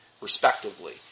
respectively